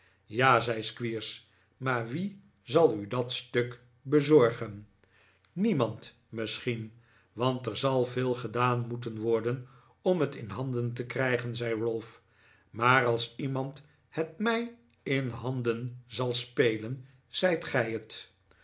ja zei squeers maar wie zal u dat stuk bezorgen niemand misschien want er zal veel gedaan moeten worden om het in handen te krijgen zei ralph maar als iemand het mij in handen zal spelen zijt gij het